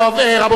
אדוני היושב-ראש,